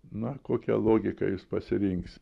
na kokią logika jis pasirinks